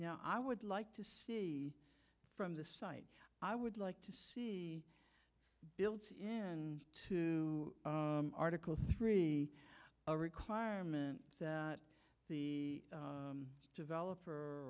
now i would like to see from this site i would like to see built and to article three a requirement that the developer